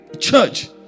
Church